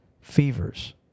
fevers